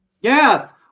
Yes